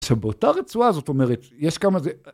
שבאותה רצועה זאת אומרת, יש כמה זה...